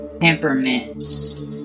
temperaments